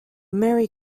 merry